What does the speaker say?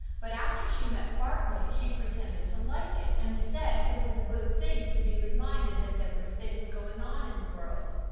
but after she met bartley she pretended to like it, and said it was a good thing to be reminded that there were things going on in the world.